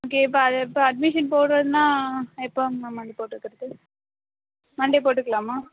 okay இப்போ அது இப்போ அட்மிஷன் போடுறதுனால் எப்போ மேம் வந்து போட்டுக்கிறது மண்டே போட்டுக்கலாமா